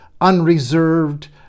unreserved